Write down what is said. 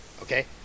okay